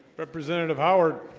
representative, howard,